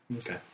Okay